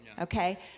okay